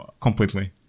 completely